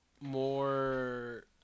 more